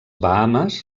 bahames